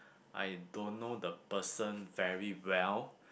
I don't know the person very well